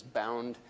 bound